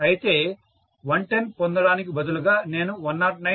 అయితే 110 పొందడానికి బదులుగా నేను 109